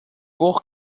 pour